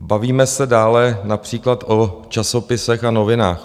Bavíme se dále například o časopisech a novinách.